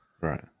right